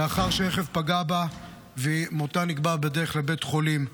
לאחר שרכב פגע בה ומותה נקבע בדרך לבית החולים.